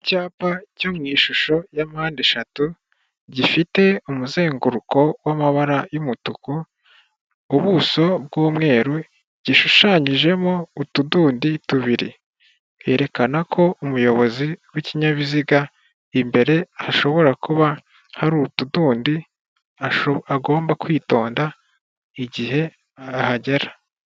Icyapa cyo mu ishusho ya mpandeshatu gifite umuzenguruko w'amabara y'umutuku, ubuso bw'umweru gishushanyijemo utudundi tubiri, yerekana ko umuyobozi w'ikinyabiziga imbere hashobora kuba hari utudondi agomba kwitonda igihe ahagera.